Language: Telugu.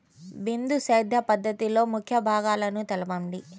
బిందు సేద్య పద్ధతిలో ముఖ్య భాగాలను తెలుపండి?